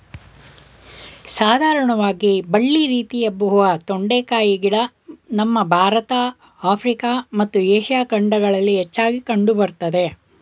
ಸಾಧಾರಣವಾಗಿ ಬಳ್ಳಿ ರೀತಿ ಹಬ್ಬುವ ತೊಂಡೆಕಾಯಿ ಗಿಡ ನಮ್ಮ ಭಾರತ ಆಫ್ರಿಕಾ ಮತ್ತು ಏಷ್ಯಾ ಖಂಡಗಳಲ್ಲಿ ಹೆಚ್ಚಾಗಿ ಕಂಡು ಬರ್ತದೆ